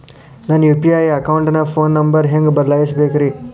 ನನ್ನ ಯು.ಪಿ.ಐ ಅಕೌಂಟಿನ phone number ಹೆಂಗ್ ಬದಲಾಯಿಸ ಬೇಕ್ರಿ?